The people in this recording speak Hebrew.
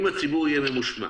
אם הציבור יהיה ממושמע,